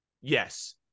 yes